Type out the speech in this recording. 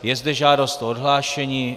Je zde žádost o odhlášení.